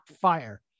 fire